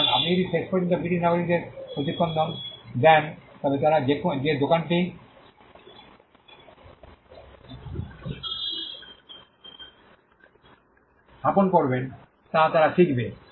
কারণ আপনি যদি শেষ পর্যন্ত ব্রিটিশ নাগরিকদের প্রশিক্ষণ দেন তবে তারা যে দোকানটি স্থাপন করবেন তা তারা শিখবে